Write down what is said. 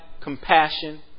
compassion